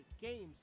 games